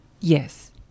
Yes